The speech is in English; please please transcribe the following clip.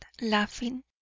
laughing